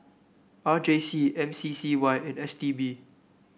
R J C M C C Y and S T B